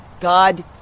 god